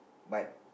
but